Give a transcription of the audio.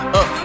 up